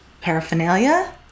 paraphernalia